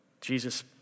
Jesus